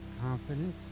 confidence